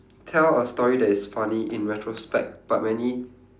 tell a story that is funny in retrospect but many